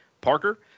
Parker